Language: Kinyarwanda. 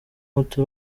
umuti